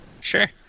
Sure